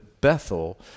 Bethel